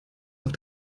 auf